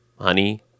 honey